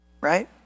right